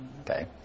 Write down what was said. Okay